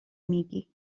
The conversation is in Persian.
میگی